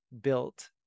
built